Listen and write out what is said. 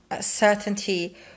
certainty